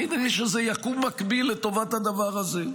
כאילו שזה יקום מקביל לטובת הדבר הזה.